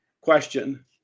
Question